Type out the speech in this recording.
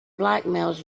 blackmails